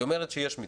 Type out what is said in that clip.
היא אומרת שיש מתווה.